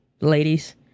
ladies